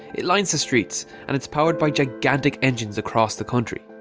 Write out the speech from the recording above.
it lines the streets and it's powered by gigantic engines across the country.